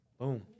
Boom